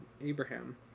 Abraham